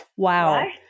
Wow